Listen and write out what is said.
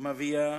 מביאה